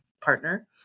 partner